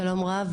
שלום רב,